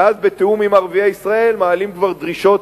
ואז בתיאום עם ערביי ישראל מעלים כבר דרישות